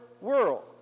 world